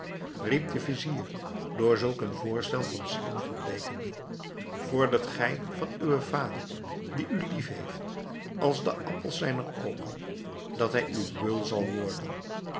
riep de vizier door zulk een voorstel van schrik verbleekende vordert gij van uwen vader die u lief heeft als de appels zijner oogen dat hij uw beul zal worden